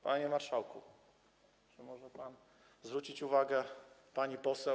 Panie marszałku, czy może pan zwrócić uwagę pani poseł?